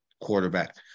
quarterback